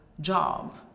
job